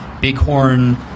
Bighorn